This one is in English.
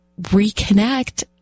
reconnect